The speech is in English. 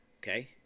okay